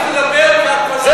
זה